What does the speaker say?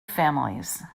families